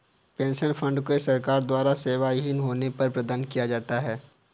pension fund को सरकार द्वारा सेवाविहीन होने पर प्रदान किया जाता है